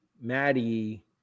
Maddie